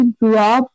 drop